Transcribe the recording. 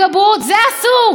זה פאשיזם.